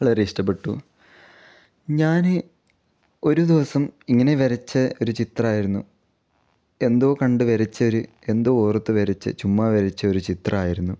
വളരെ ഇഷ്ടപ്പെട്ടു ഞാൻ ഒരു ദിവസം ഇങ്ങനെ വരച്ച ഒരു ചിത്രമായിരുന്നു എന്തോ കണ്ട് വരച്ച ഒരു എന്തോ ഓർത്ത് വരച്ച ചുമ്മാ വരച്ച ഒരു ചിത്രമായിരുന്നു